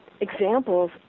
examples